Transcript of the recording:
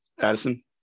Addison